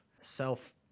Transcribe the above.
self